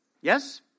Yes